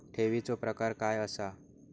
ठेवीचो प्रकार काय असा?